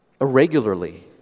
irregularly